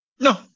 No